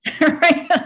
Right